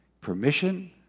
permission